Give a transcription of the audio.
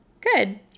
Good